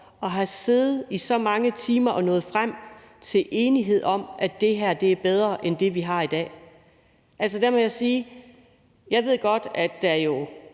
og har siddet i så mange timer og er nået frem til enighed om, at det her er bedre end det, vi har i dag, må jeg sige, at jeg har